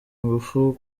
ingufu